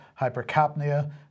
hypercapnia